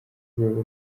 rwego